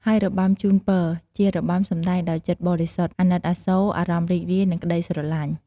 ហើយរបាំជូនពរ ជារបាំសម្ដែងដោយចិត្តបរិសុទ្ធ អាណិតអាសូរ អារម្មណ៍រីករាយ និងក្ដីស្រលាញ់។